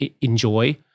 enjoy